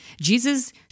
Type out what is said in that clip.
Jesus